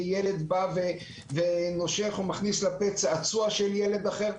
כי ילד בא ונושך או מכניס לפה צעצוע של ילד אחר,